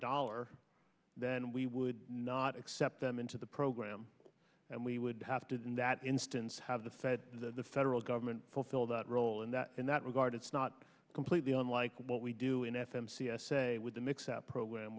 dollar then we would not accept them into the program and we would have to in that instance have the fed that the federal government fulfill that role and that in that regard it's not completely unlike what we do in f m c s a with them except program